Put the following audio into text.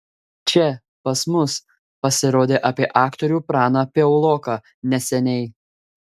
čia pas mus pasirodė apie aktorių praną piauloką neseniai